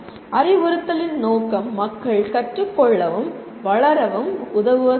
அறிவுறுத்தலின் நோக்கம் மக்கள் கற்றுக்கொள்ளவும் வளரவும் உதவுவதாகும்